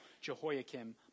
Jehoiakim